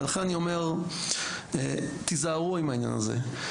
ולכן אני אומר: תיזהרו עם העניין הזה.